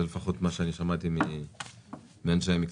זה לפחות מה שאני שמעתי מאנשי המקצוע.